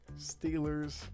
Steelers